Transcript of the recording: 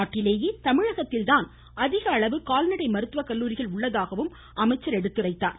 நாட்டிலேயே தமிழகத்தில்தான் அதிகளவு கால்நடை மருத்துவ கல்லூரிகள் உள்ளதாகவும் அவர் எடுத்துரைத்தார்